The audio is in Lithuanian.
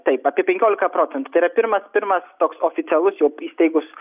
taip apie penkiolika procentų tai yra pirmas pirmas toks oficialus jau įsteigus